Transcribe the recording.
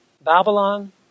Babylon